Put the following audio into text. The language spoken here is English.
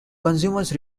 consumers